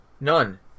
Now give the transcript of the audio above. None